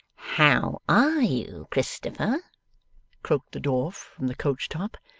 how are you, christopher croaked the dwarf from the coach-top.